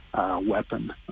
weapon